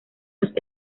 los